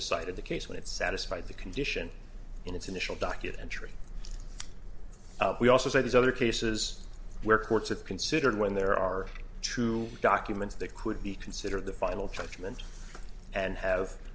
decided the case when it satisfied the condition in its initial docket entry we also say these other cases where courts of considered when there are two documents that could be considered the final judgment and have